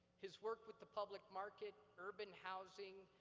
his work with the public market, urban housing,